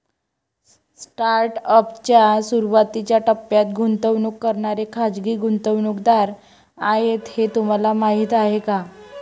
Startup च्या सुरुवातीच्या टप्प्यात गुंतवणूक करणारे खाजगी गुंतवणूकदार आहेत हे तुम्हाला माहीत आहे का?